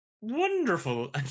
wonderful